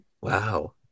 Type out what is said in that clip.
Wow